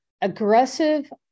aggressive